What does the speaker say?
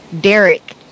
Derek